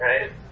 right